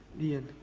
you